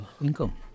income